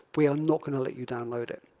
we are not going to let you download it.